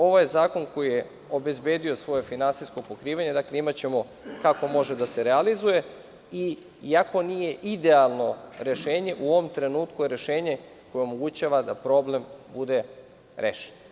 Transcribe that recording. Ovaj zakon je obezbedio svoje finansijsko pokrivanje, dakle imaćemo kako može da se realizuje, i ako nije idealno rešenje, u ovom trenutku je rešenje koje omogućava da problem bude rešiv.